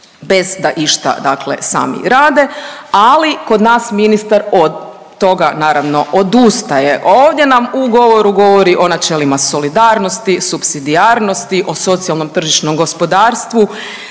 bez da išta, dakle sami rade. Ali kod nas ministar od toga naravno odustaje. Ovdje nam u govoru govori o načelima solidarnosti, supsidijarnosti, o socijalnom tržišnom gospodarstvu